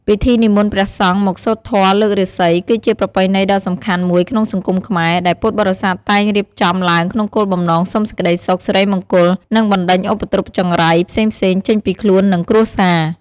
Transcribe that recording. ពិធីនិមន្តព្រះសង្ឃមកសូត្រធម៌លើករាសី គឺជាប្រពៃណីដ៏សំខាន់មួយក្នុងសង្គមខ្មែរ ដែលពុទ្ធបរិស័ទតែងរៀបចំឡើងក្នុងគោលបំណងសុំសេចក្តីសុខ សិរីមង្គល និងបណ្ដេញឧបទ្រពចង្រៃផ្សេងៗចេញពីខ្លួន និងគ្រួសារ។